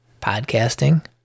podcasting